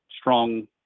strong